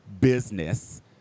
business